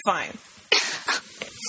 fine